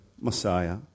Messiah